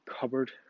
cupboard